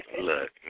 Look